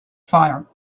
fire